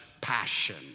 passion